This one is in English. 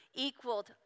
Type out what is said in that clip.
Equaled